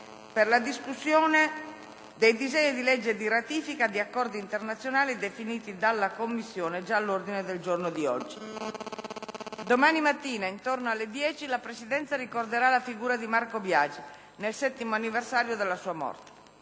per la discussione dei disegni di legge di ratifica di accordi internazionali definiti dalla Commissione, già all'ordine del giorno di oggi. Domani mattina, intorno alle ore 10, la Presidenza ricorderà la figura di Marco Biagi, nel settimo anniversario della sua morte.